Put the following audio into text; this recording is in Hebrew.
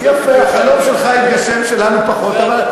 יפה, החלום שלך התגשם, שלנו, פחות.